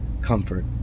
Comfort